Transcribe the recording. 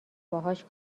باهاش